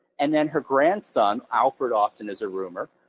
and then her grandson, alfred austin, as a roomer,